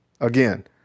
Again